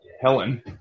Helen